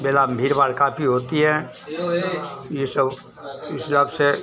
मेला में भीड़ भाड़ काफ़ी होती हैं यह सब इस हिसाब से